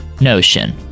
Notion